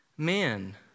Men